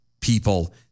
people